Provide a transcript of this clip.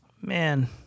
Man